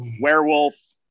werewolf